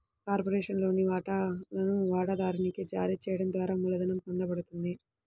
కార్పొరేషన్లోని వాటాలను వాటాదారునికి జారీ చేయడం ద్వారా మూలధనం పొందబడుతుంది